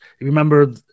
remember